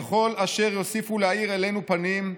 ככל אשר יוסיפו להאיר אלינו פנים,